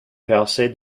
percée